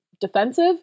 defensive